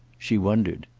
she wondered.